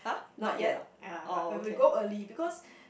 not yet ah but we will go early because